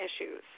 issues